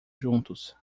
juntos